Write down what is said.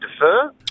defer